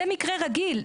זה מקרה רגיל.